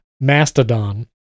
Mastodon